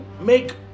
make